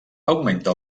augmenta